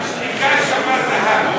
השתיקה שווה זהב.